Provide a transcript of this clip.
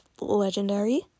legendary